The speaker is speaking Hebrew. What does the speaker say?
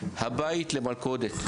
הבית למלכודת,